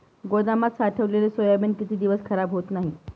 गोदामात साठवलेले सोयाबीन किती दिवस खराब होत नाही?